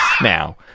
now